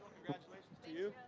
congratulations to you.